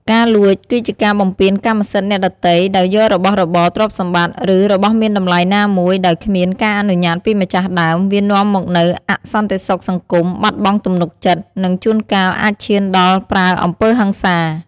ការលួច គឺជាការបំពានកម្មសិទ្ធិអ្នកដទៃដោយយករបស់របរ ទ្រព្យសម្បត្តិ ឬរបស់មានតម្លៃណាមួយដោយគ្មានការអនុញ្ញាតពីម្ចាស់ដើម វានាំមកនូវអសន្តិសុខសង្គម បាត់បង់ទំនុកចិត្ត និងជួនកាលអាចឈានដល់ប្រើអំពើហិង្សា។